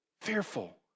fearful